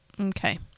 okay